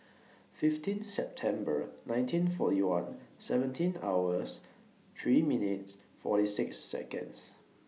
fifteen September nineteen forty one seventeen hours three minutes forty six Seconds